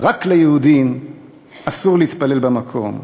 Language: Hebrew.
רק ליהודים אסור להתפלל במקום.